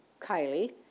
Kylie